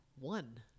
One